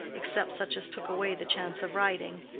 except such as took away the chance of riding.